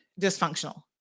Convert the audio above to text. dysfunctional